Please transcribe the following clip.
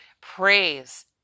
praise